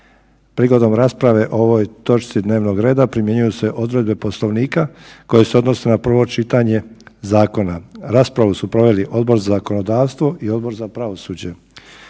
Prigodom rasprave o ovoj točci dnevnog reda primjenjuju se odredbe Poslovnika koje se odnose na prvo čitanje zakona. Raspravu su proveli Odbor za zakonodavstvo i Odbor za pravosuđe.